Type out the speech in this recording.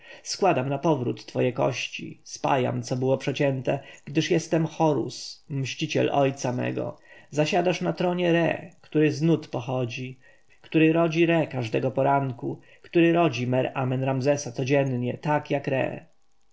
składam napowrót twoje kości spajam co było przecięte gdyż jestem horus mściciel ojca mojego zasiadasz na tronie re i dajesz rozkazy bogom gdyż ty jesteś re który z nut pochodzi które rodzi re każdego poranku który rodzi mer-amen-ramzesa codziennie tak jak